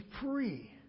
free